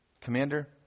commander